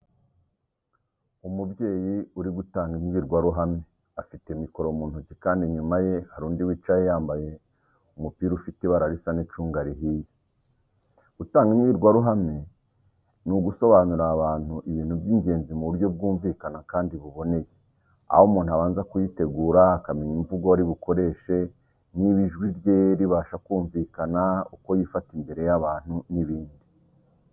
Umubyeyi uri gutanga imbwirwaruhame, afite mikoro mu ntoki kandi inyuma ye hari undi wicaye yambaye umupira ufite ibara risa n'icunga rihiye. Gutanga imbwirwaruhame ni ugusobanurira abantu ibintu by’ingenzi mu buryo bwumvikana kandi buboneye. Aho umuntu abanza kuyitegura, akamenya imvugo ari bukoreshe, niba ijwi rye ribasha kumvikana, uko yifata imbere y'abantu n'ibindi.